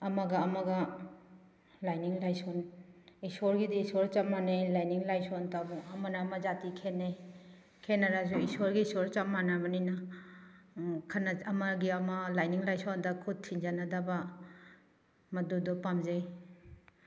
ꯑꯃꯒ ꯑꯃꯒ ꯂꯥꯏꯅꯤꯡ ꯂꯥꯏꯁꯣꯟ ꯏꯁꯣꯔꯒꯤꯗꯤ ꯏꯁꯣꯔ ꯆꯞ ꯃꯥꯟꯅꯩ ꯂꯥꯏꯅꯤꯡ ꯂꯥꯏꯁꯣꯟꯇꯕꯨ ꯑꯃꯅ ꯑꯃ ꯖꯤꯇꯤ ꯈꯦꯠꯅꯩ ꯈꯦꯠꯅꯔꯁꯨ ꯏꯁꯣꯔꯒꯤ ꯏꯁꯣꯔ ꯆꯞ ꯃꯥꯟꯅꯕꯅꯤꯅ ꯑꯃꯒꯤ ꯑꯃ ꯂꯥꯏꯅꯤꯡ ꯂꯥꯏꯁꯣꯟꯗ ꯈꯨꯠ ꯊꯤꯟꯖꯟꯅꯗꯕ ꯃꯗꯨꯗꯣ ꯄꯥꯝꯖꯩ